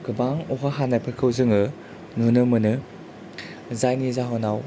गोबां अखा हानायफोरखौ जोङो नुनो मोनो जायनि जाहोनाव